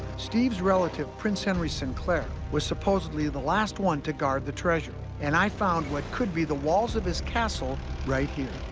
steve's relative, prince henry sinclair, was supposedly the last one to guard the treasure. and i found what could be the walls of his castle right here.